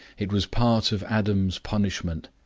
it was part of adam's punishment,